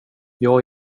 jag